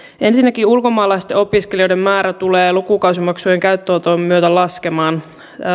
ensinnäkin ulkomaalaisten opiskelijoiden määrä tulee lukukausimaksujen käyttöönoton myötä laskemaan